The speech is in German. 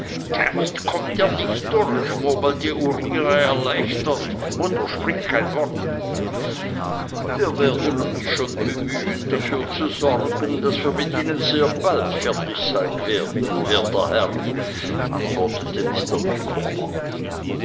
damit kommt er nicht durch murmelte uriah erleichtert mutter sprich kein wort wir werden uns schon bemühen dafür zu sorgen daß wir mit ihnen sehr bald fertig sein werden werter herr antwortete